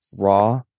raw